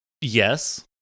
yes